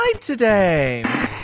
today